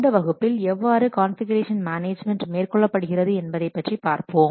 இந்த வகுப்பில் எவ்வாறு கான்ஃபிகுரேஷன் மேனேஜ்மென்ட் மேற்கொள்ளப்படுகிறது என்பதை பற்றி பார்ப்போம்